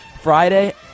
Friday